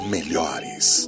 Melhores